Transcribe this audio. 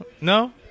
No